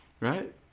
right